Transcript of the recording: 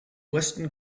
western